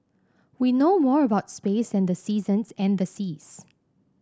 we know more about space than the seasons and the seas